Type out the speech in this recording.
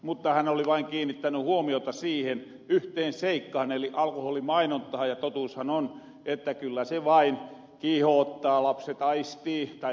mutta hän oli vain kiinnittäny huomiota siihen yhteen seikkaan eli alkoholimainontahan ja totuushan on että kyllä se vain kiihoottaa lapset aistii tai nuoret aistii